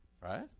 Right